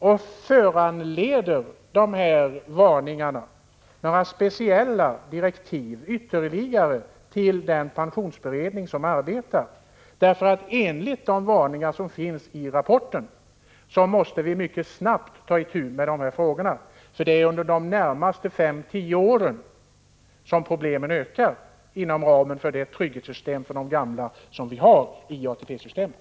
Och föranleder de här varningarna några speciella direktiv ytterligare till den pensionsberedning som arbetar? Enligt de varningar som finns i rapporten måste vi mycket snabbt ta itu med de här frågorna. Det är alltså under de närmaste fem eller tio åren som problemen ökar inom ramen för det trygghetssystem för de gamla som vi har i ATP-systemet.